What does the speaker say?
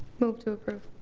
move to approve.